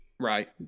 Right